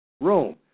Rome